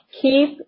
keep